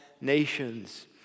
nations